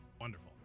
Wonderful